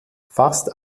fast